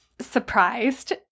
surprised